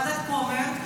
ועדת כומר,